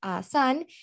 son